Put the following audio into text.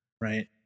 right